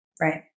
right